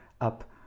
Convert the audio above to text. up